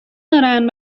دارن